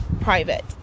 private